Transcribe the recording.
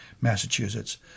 massachusetts